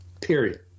period